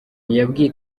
yabwiye